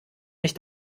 mich